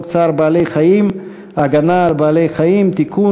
צער בעלי-חיים (הגנה על בעלי-חיים) (תיקון,